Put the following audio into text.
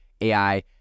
AI